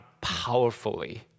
powerfully